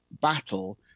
battle